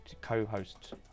Co-host